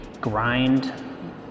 grind